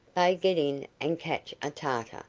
get in, and catch a tartar,